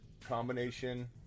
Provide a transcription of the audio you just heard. combination